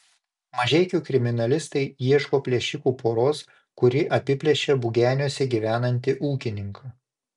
mažeikių kriminalistai ieško plėšikų poros kuri apiplėšė bugeniuose gyvenantį ūkininką